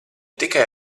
tikai